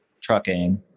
trucking